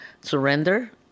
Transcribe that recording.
surrender